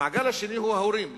המעגל השני הוא ההורים,